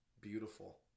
beautiful